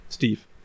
Steve